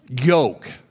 yoke